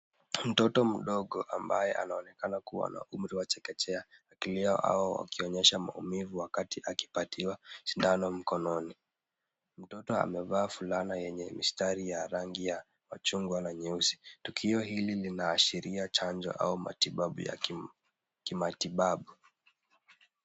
Mtoto mdogo ambaye anaonekana kuwa umri wa chekechea akilia au akionyesha maumivu wakati akipatiwa sindano mkononi. Mtoto amevaa fulana yenye mistari ya rangi ya machungwa na nyeusi. Tukio hili linaashiria chanjo au kimatibabu.